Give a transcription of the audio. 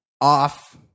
off